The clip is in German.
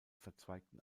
verzweigten